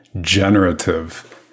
generative